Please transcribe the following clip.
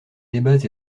débats